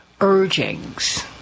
urgings